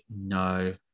No